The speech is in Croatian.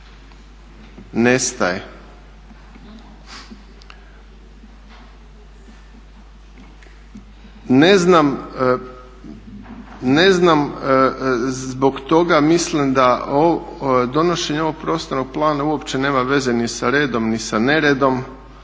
nestaje. Ne znam zbog toga mislim da donošenje ovog prostornog plana uopće nema veze ni sa redom ni sa neredom,